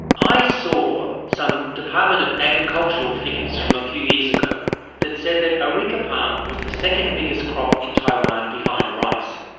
i saw some department of agricultural figures from a few years ago that said that areca palm was the second biggest crop in taiwan behind rice.